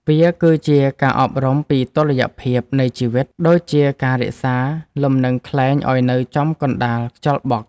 វាគឺជាការអប់រំពីតុល្យភាពនៃជីវិត ដូចជាការរក្សាលំនឹងខ្លែងឱ្យនៅចំកណ្ដាលខ្យល់បក់។